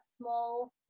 small